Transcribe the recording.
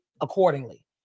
accordingly